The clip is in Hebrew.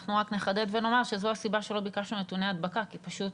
אנחנו רק נחדד ונאמר שזו הסיבה שלא ביקשנו נתוני הדבקה כי פשוט